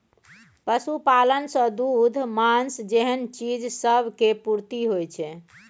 पशुपालन सँ दूध, माँस जेहन चीज सब केर पूर्ति होइ छै